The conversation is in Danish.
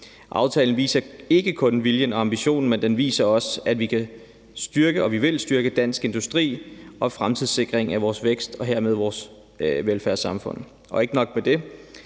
Aftalen viser ikke kun viljen og ambitionen, men den viser også, at vi kan styrke, og at vi vil styrke Dansk Industri og fremtidssikre vores vækst og hermed vores velfærdssamfund. Ikke nok med det